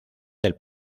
del